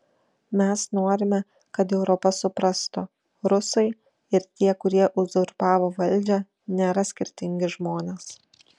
mes norime kad europa suprastų rusai ir tie kurie uzurpavo valdžią nėra skirtingi žmonės